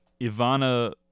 Ivana